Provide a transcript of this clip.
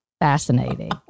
fascinating